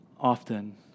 often